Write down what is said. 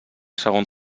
segon